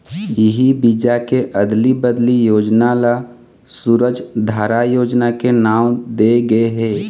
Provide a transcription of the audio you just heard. इही बीजा के अदली बदली योजना ल सूरजधारा योजना के नांव दे गे हे